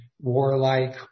warlike